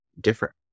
different